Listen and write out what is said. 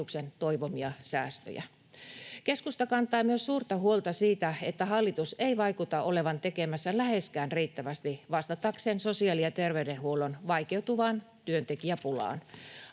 Keskusta kantaa myös suurta huolta siitä, että hallitus ei vaikuta olevan tekemässä läheskään riittävästi vastatakseen sosiaali- ja terveydenhuollon vaikeutuvaan työntekijäpulaan.